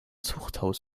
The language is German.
zuchthaus